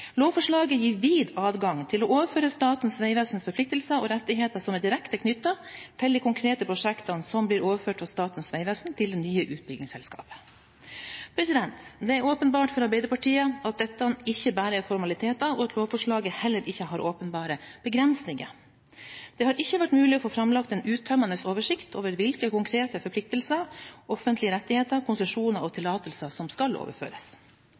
rettigheter som er direkte knyttet til de konkrete prosjektene som blir overført fra Statens vegvesen til det nye utbyggingsselskapet.» Det er åpenbart for Arbeiderpartiet at dette ikke bare er formaliteter, og at lovforslaget heller ikke har åpenbare begrensninger. Det har ikke vært mulig å få framlagt en uttømmende oversikt over hvilke konkrete forpliktelser, offentlige rettigheter, konsesjoner og tillatelser som skal overføres.